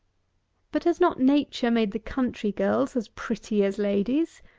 but has not nature made the country girls as pretty as ladies?